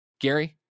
gary